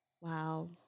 Wow